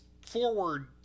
forward